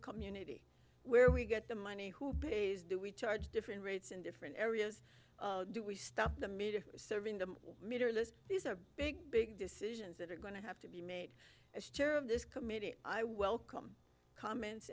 community where we get the money who pays do we charge different rates in different areas do we stop the media serving the meter list these are big big decisions that are going to have to be made as chair of this committee i welcome comments